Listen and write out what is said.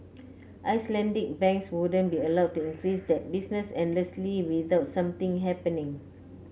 Icelandic banks wouldn't be allowed to increase that business endlessly without something happening